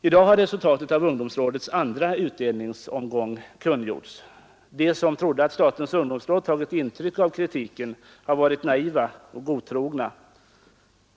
I dag har resultatet av ungdomsrådets andra utdelningsomgång kungjorts. De som trodde att statens ungdomsråd tagit intryck av kritiken har varit naiva och godtrogna.